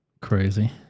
crazy